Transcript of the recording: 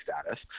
status